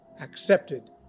accepted